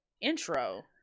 intro